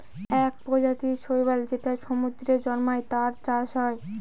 এক প্রজাতির শৈবাল যেটা সমুদ্রে জন্মায়, তার চাষ হয়